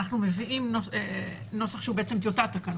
אנחנו מביאים נוסח שהוא טיוטת תקנות.